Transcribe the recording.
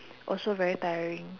also very tiring